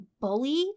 bullied